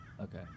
Okay